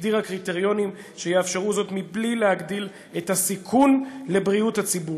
הגדירה קריטריונים שיאפשרו זאת בלי להגדיל את הסיכון לבריאות הציבור.